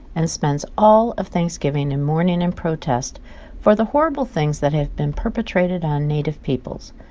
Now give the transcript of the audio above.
and spent all of thanksgiving in mourning and protest for the horrible things that have been perpetrated on native peoples.